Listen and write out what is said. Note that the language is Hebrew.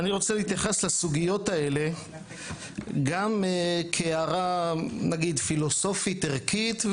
להתייחס לסוגיות האלה גם כהערה פילוסופית ערכית,